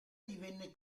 divenne